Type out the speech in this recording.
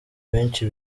benshi